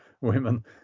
women